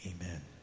Amen